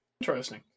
Interesting